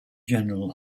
general